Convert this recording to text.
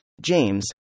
James